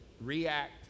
react